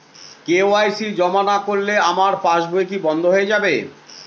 KYC জমা না করলে আমার পাসবই কি বন্ধ হয়ে যাবে?